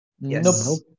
Yes